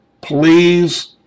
please